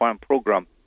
program